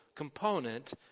component